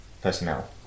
personnel